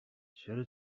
چرا